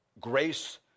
grace